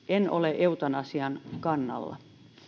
en ole henkilökohtaisesti eutanasian kannalla